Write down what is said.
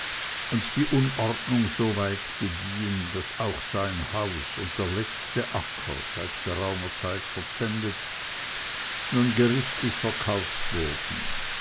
und die unordnung so weit gediehen daß auch sein haus und der letzte acker seit geraumer zeit verpfändet nun gerichtlich verkauft wurden